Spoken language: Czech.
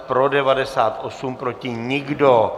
Pro 98, proti nikdo.